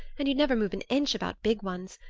and you'd never move an inch about big ones.